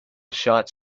shots